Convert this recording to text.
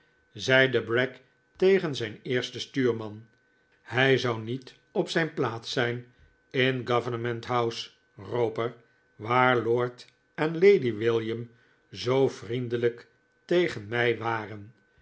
zeide bragg tegen zijn eersten stuurman hij zou niet op zijn plaats zijn in government house roper waar lord en lady william zoo vriendelijk tegen mij waren